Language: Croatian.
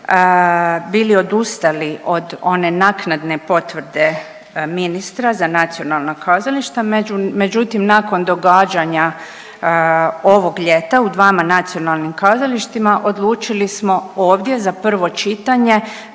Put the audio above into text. bili odustali od one naknadne potvrde ministra za nacionalna kazališta, međutim nakon događanja ovog ljeta u dvama nacionalnim kazalištima odlučili smo ovdje za prvo čitanje